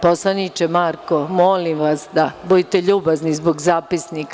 Poslaniče Marko, molim vas da budete ljubazni zbog zapisnika.